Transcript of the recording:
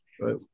right